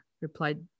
replied